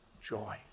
joy